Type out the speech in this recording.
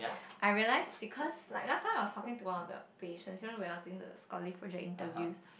I realize because like last time I was talking to one of the patients you know when I was doing the scholar project interviews